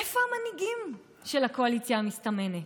איפה המנהיגים של הקואליציה המסתמנת?